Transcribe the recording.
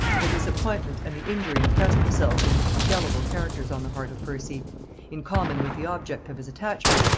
the disappointment and the injury impressed themselves in indelible characters on the heart of percy in common with the object of his attachment,